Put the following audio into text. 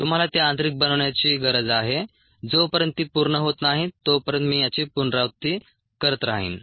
तुम्हाला ते आंतरिक बनवण्याची गरज आहे जोपर्यंत ती पूर्ण होत नाही तोपर्यंत मी याची पुनरावृत्ती करत राहीन